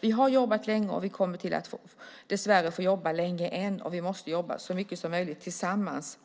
Vi har jobbat länge, och vi kommer dessvärre att få jobba länge än, och vi måste jobba så mycket som möjligt tillsammans.